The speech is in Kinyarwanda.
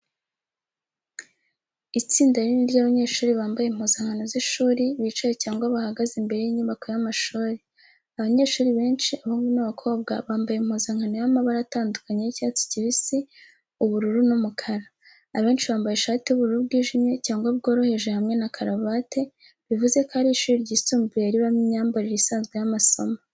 Itsinda rinini ry’abanyeshuri, bambaye impuzankano z’ishuri, bicaye cyangwa bahagaze imbere y’inyubako y’amashuri. Abanyeshuri benshi, abahungu n’abakobwa, bambaye impuzankano y’amabara atandukanye y’icyatsi kibisi, ubururu n’umukara. Abenshi bambaye ishati y'ubururu bwijimye, cyangwa bworoheje hamwe na karavate, bivuze ko ari ishuri ryisumbuye ribamo imyambarire isanzwe y'amasomo.